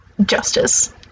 justice